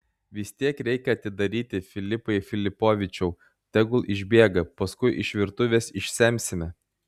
vis tiek reikia atidaryti filipai filipovičiau tegul išbėga paskui iš virtuvės išsemsime